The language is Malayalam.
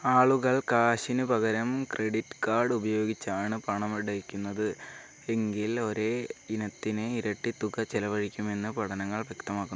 ആളുകൾ കാശിനുപകരം ക്രെഡിറ്റ് കാർഡ് ഉപയോഗിച്ചാണ് പണമടയ്ക്കുന്നത് എങ്കിൽ ഒരേ ഇനത്തിന് ഇരട്ടി തുക ചെലവഴിക്കുമെന്ന് പഠനങ്ങൾ വ്യക്തമാക്കുന്നു